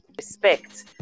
respect